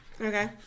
Okay